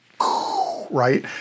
right